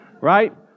right